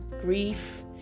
grief